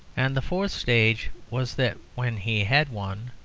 and the fourth stage was that when he had won,